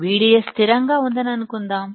VDS స్థిరంగా ఉందని అనుకుందాం